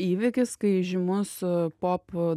įvykis kai žymus popu